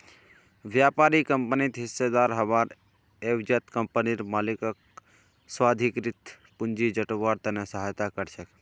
व्यापारी कंपनित हिस्सेदार हबार एवजत कंपनीर मालिकक स्वाधिकृत पूंजी जुटव्वार त न सहायता कर छेक